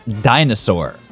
dinosaur